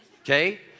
okay